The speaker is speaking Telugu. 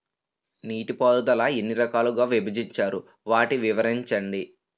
నీటిపారుదల ఎన్ని రకాలుగా విభజించారు? వాటి వివరించండి?